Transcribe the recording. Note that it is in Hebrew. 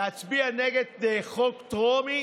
להצביע נגד חוק טרומי